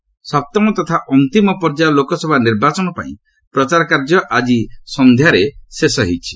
campaigning ସପ୍ତମ ତଥା ଅନ୍ତିମ ପର୍ଯ୍ୟାୟ ଲୋକସଭା ନିର୍ବାଚନ ପାଇଁ ପ୍ରଚାର କାର୍ଯ୍ୟ ଆକି ସନ୍ଧ୍ୟାରେ ଶେଷ ହୋଇଛି